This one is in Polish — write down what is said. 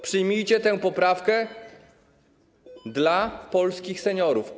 Przyjmijcie tę poprawkę dla polskich seniorów.